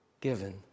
given